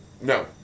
No